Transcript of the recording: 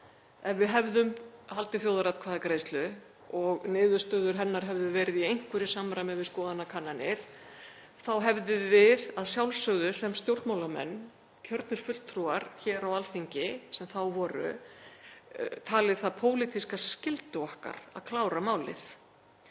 Ef við hefðum haldið þjóðaratkvæðagreiðslu og niðurstöður hennar hefðu verið í einhverju samræmi við skoðanakannanir þá hefðum við að sjálfsögðu sem stjórnmálamenn, kjörnir fulltrúar hér á Alþingi sem þá voru, talið það pólitíska skyldu okkar að klára málið.